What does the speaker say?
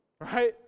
Right